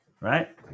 Right